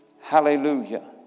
Hallelujah